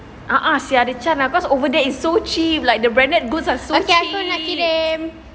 a'ah sia ada chance ah cause over there is so cheap like the branded goods are so cheap